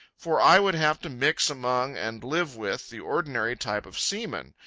for i would have to mix among and live with the ordinary type of seamen,